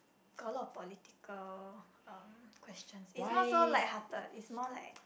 got a lot of political um questions it's not so lighthearted it's more like